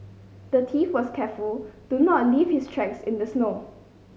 the thief was careful to not leave his tracks in the snow